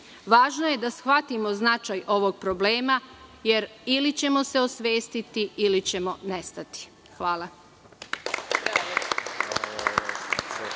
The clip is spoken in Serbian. je da shvatimo značaj ovog problema jer ili ćemo se osvestiti ili ćemo nestati. Hvala.